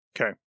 Okay